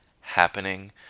happening